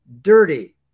dirty